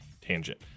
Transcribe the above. tangent